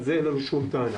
על זה אין לנו שום טענה.